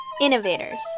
Innovators